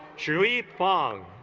chewy fong